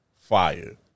Fire